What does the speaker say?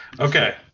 okay